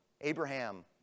Abraham